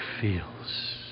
feels